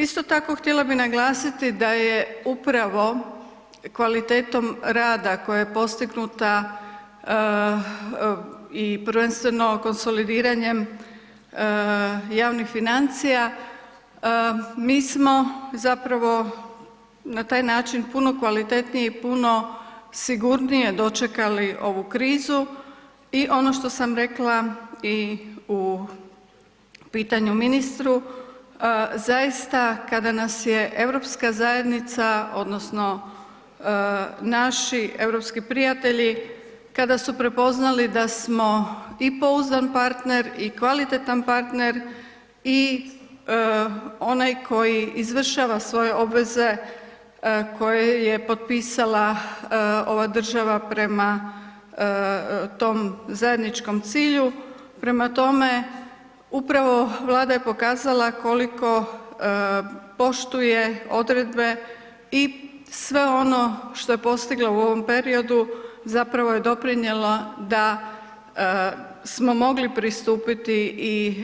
Isto tako, htjela bih naglasiti da je upravo kvalitetom rada koja je postignuta i prvenstveno konsolidiranjem javnih financija, mi smo zapravo na taj način puno kvalitetnije i puno sigurnije dočekali ovu krizu i ono što sam rekla i u pitanju ministru, zaista, kada nas je europska zajednica, odnosno naši europski prijatelji, kada su prepoznali da smo i pouzdan partner i kvalitetan partner i onaj koji izvršava svoje obveze koje je potpisala ova država prema tom zajedničkom cilju, prema toma, upravo Vlada je pokazala koliko poštuje odredbe i sve ono što je postigla u ovom periodu, zapravo je doprinijelo da smo mogli pristupiti